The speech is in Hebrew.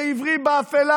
כעיוורים באפלה.